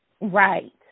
Right